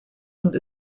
und